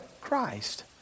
Christ